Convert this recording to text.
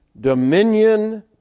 dominion